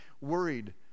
worried